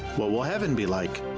what will heaven be like?